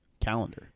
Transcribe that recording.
calendar